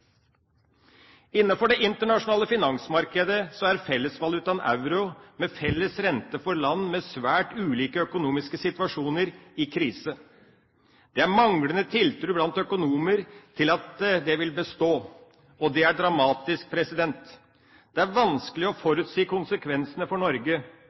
det internasjonale finansmarkedet er fellesvalutaen euro, med felles rente for land med svært ulike økonomiske situasjoner, i krise. Det er manglende tiltro blant økonomer til at euroen vil bestå. Det er dramatisk. Det er vanskelig å forutsi konsekvensene for Norge,